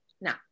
Now